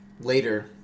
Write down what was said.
later